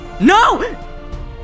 NO